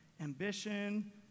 ambition